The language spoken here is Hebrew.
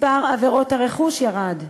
מספר עבירות הרכוש ירד,